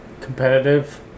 Competitive